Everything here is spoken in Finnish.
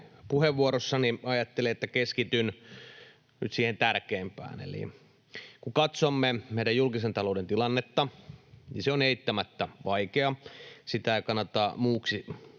puheenvuorossani keskityn nyt siihen tärkeimpään, eli kun katsomme meidän julkisen talouden tilannetta, niin se on eittämättä vaikea. Sitä ei kannata muuksi